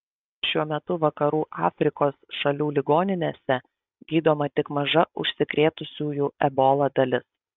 šiuo metu vakarų afrikos šalių ligoninėse gydoma tik maža užsikrėtusiųjų ebola dalis